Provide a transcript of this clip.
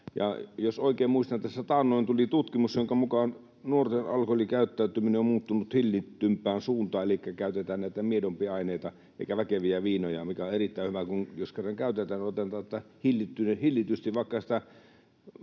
Jos oikein muistan, niin tässä taannoin tuli tutkimus, jonka mukaan nuorten alkoholikäyttäytyminen on muuttunut hillitympään suuntaan, elikkä käytetään näitä miedompia aineita eikä väkeviä viinoja, mikä on erittäin hyvä. Jos kerran käytetään, otetaan hillitysti vaikka